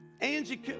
Angie